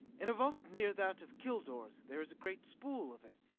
in a vault near that of kilor's there is a great spool of it.